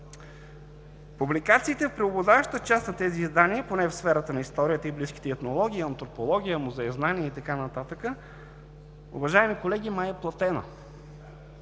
Публикациите в преобладаващата част на тези издания, поне в сферата на историята и близките ѝ - етнология, антропология, музеезнание и така нататък, уважаеми колеги, май са платени.